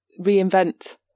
reinvent